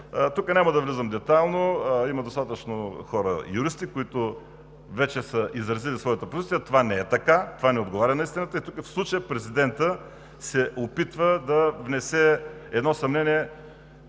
Тук няма да навлизам детайлно. Има достатъчно хора юристи, които вече са изразили своята позиция. Това не е така, това не отговаря на истината. В случая президентът се опитва да внесе, както и